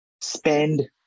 spend